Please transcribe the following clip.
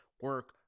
Work